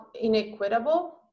inequitable